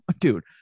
Dude